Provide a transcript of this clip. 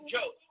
Joe